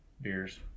beers